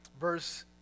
verse